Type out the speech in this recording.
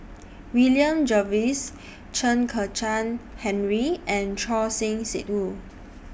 William Jervois Chen Kezhan Henri and Choor Singh Sidhu